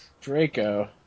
Draco